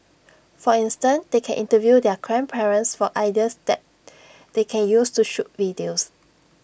for instance they can interview their grandparents for ideas that they can use to shoot videos